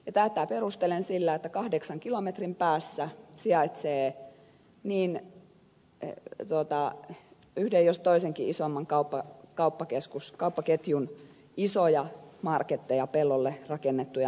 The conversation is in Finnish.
tätä perustelen sillä että kahdeksan kilometrin päässä sijaitsee niin yhden jos toisenkin isomman kauppaketjun isoja pellolle rakennettuja marketteja